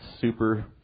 super